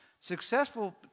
Successful